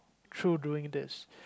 through doing this